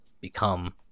become